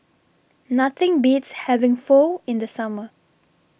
Nothing Beats having Pho in The Summer